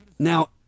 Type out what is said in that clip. Now